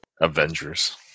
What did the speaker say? Avengers